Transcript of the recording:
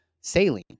saline